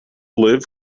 liv